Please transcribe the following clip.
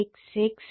866 0